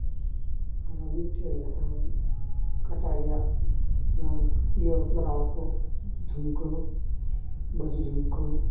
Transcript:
ᱟᱨᱚ ᱢᱤᱫᱴᱮᱱ ᱢᱮᱱᱟᱜᱼᱟ ᱠᱟᱴᱟ ᱨᱮᱭᱟᱜ ᱱᱚᱣᱟ ᱤᱭᱟᱹ ᱞᱟᱜᱟᱣᱟᱠᱚ ᱡᱷᱩᱱᱠᱟᱹ ᱵᱟᱹᱡᱩ ᱡᱷᱩᱱᱠᱟᱹ